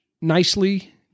nicely